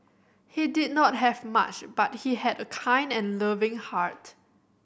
he did not have much but he had a kind and loving heart